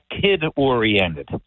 kid-oriented